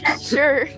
Sure